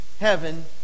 heaven